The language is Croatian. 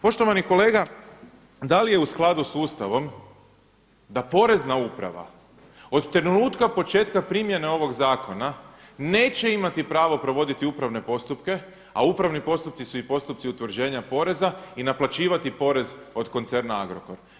Poštovani kolega, da li je u skladu sa Ustavom da Porezna uprava od trenutka početka primjene ovog zakona neće imati pravo provoditi upravne postupke, a upravni postupci su i postupci utvrđenja poreza i naplaćivati porez od koncerna Agrokor.